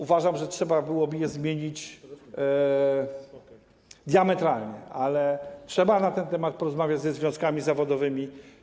Uważam, że trzeba by je zmienić diametralnie, ale trzeba by też na ten temat porozmawiać ze związkami zawodowymi.